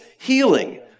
healing